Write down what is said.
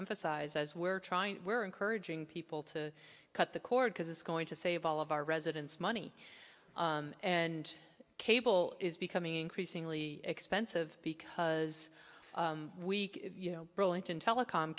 emphasize as we're trying we're encouraging people to cut the cord because it's going to save all of our residents money and cable is becoming increasingly expensive because we you know burlington telecom